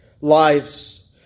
lives